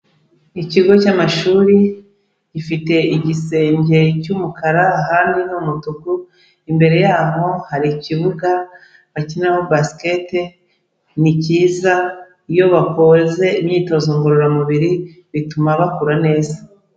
Ikigo cy'amashuri gifite igisenge cy'umukara ahandi ni umutuku, imbere yaho hari ikibuga bakinaraho basket ni cyiza, iyo bakoze imyitozo ngororamubiri bituma bakura neza.